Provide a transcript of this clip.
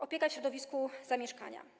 Opieka w środowisku zamieszkania.